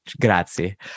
Grazie